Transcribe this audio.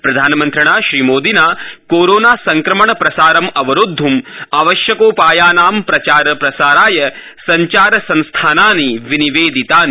प्रधानमन्त्रिणा श्रीमोदिन कोरोना संक्रमण प्रसारं अवरोद्धं आवश्यकोपायानां प्रचार प्रसाराय सञ्चार संस्थानानि विनिवेदितानि